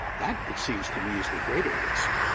that, it seems to me, is the greater risk.